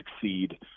succeed